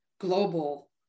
Global